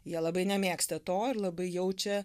jie labai nemėgsta to ir labai jaučia